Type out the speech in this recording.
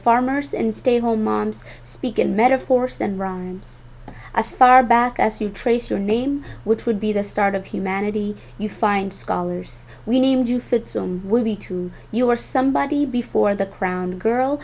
farmers and stay home moms speak in metaphors and run as far back as you trace your name which would be the start of humanity you find scholars we named you fit some will be to you or somebody before the crowned girl